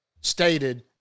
stated